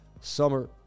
summer